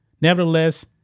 Nevertheless